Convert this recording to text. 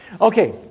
Okay